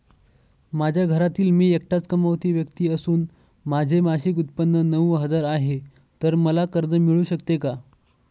माझ्या घरातील मी एकटाच कमावती व्यक्ती असून माझे मासिक उत्त्पन्न नऊ हजार आहे, तर मला कर्ज मिळू शकते का?